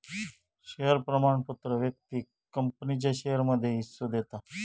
share प्रमाणपत्र व्यक्तिक कंपनीच्या शेयरमध्ये हिस्सो देता